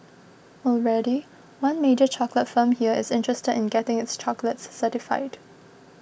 already one major chocolate firm here is interested in getting its chocolates certified